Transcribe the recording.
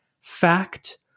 Fact